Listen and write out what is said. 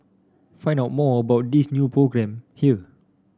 find out more about this new programme here